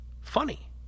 Funny